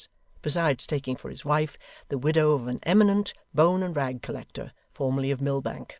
besides taking for his wife the widow of an eminent bone and rag collector, formerly of millbank.